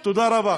תודה רבה.